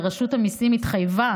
ורשות המיסים התחייבה